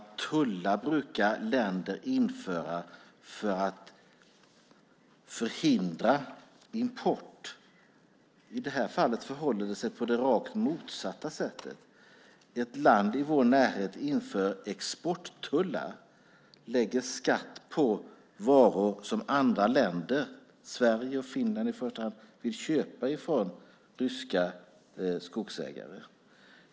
Tullar brukar länder införa för att förhindra import. I det här fallet förhåller det sig på det rakt motsatta sättet. Ett land i vår närhet inför exporttullar. Man lägger skatt på varor som andra länder, i första hand Sverige och Finland, vill köpa av ryska skogsägare.